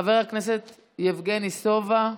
חבר הכנסת יבגני סובה,